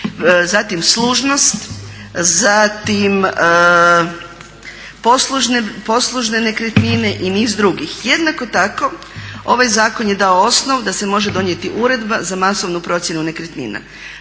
zatim služnost, zatim poslužne nekretnine i niz drugih. Jednako tako ovaj zakon je dao osnov da se može donijeti uredba za masovnu procjenu nekretnina.